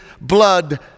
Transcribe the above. blood